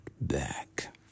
back